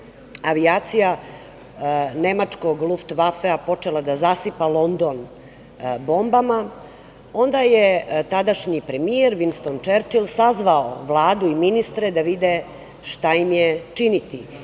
avijacija nemačkog Luftvafea počela da zasipa London bombama, onda je tadašnji premijer Vinston Čerčil sazvao Vladu i ministre da vide šta im je činiti